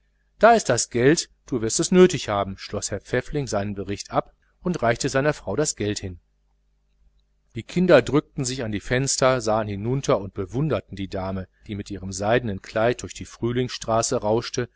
da ist das geld wirst's nötig haben schloß herr pfäffling seinen bericht und reichte seiner frau das geld hin die kinder drückten sich an die fenster sahen hinunter und bewunderten die dame die mit ihrem seidenen kleid durch die frühlingsstraße rauschte